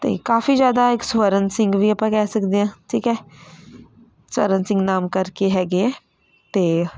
ਅਤੇ ਕਾਫੀ ਜ਼ਿਆਦਾ ਇੱਕ ਸਵਰਨ ਸਿੰਘ ਵੀ ਆਪਾਂ ਕਹਿ ਸਕਦੇ ਹਾਂ ਠੀਕ ਹੈ ਸਵਰਨ ਸਿੰਘ ਨਾਮ ਕਰਕੇ ਹੈਗੇ ਹੈ ਅਤੇ